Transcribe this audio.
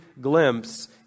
glimpse